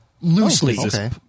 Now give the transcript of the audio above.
Loosely